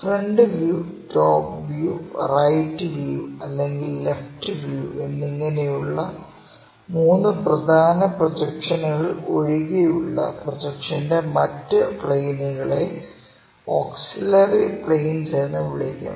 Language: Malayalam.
front view top view right view അല്ലെങ്കിൽ ലെഫ്റ്റ് വ്യൂ എന്നിങ്ങനെയുള്ള മൂന്ന് പ്രധാന പ്രൊജക്ഷനുകൾ ഒഴികെയുള്ള പ്രൊജക്ഷന്റെ മറ്റു പ്ലെയിനുകളെ ഓക്സിലറി പ്ലെയിൻസ് എന്ന് വിളിക്കുന്നു